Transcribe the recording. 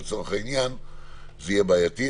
זה בעייתי.